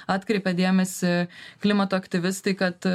atkreipė dėmesį klimato aktyvistai kad